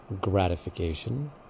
gratification